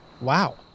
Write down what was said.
Wow